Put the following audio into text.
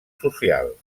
social